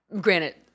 granted